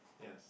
yes